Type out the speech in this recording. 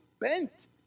bent